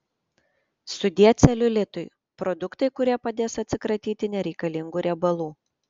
sudie celiulitui produktai kurie padės atsikratyti nereikalingų riebalų